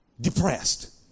depressed